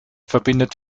verbindet